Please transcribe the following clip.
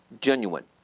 Genuine